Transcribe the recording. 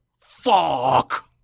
Fuck